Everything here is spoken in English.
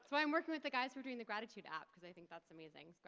so i'm working with the guys who are doing the gratitude app cause i think that's amazing,